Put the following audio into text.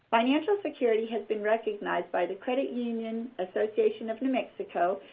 financial security has been recognized by the credit union association of new mexico,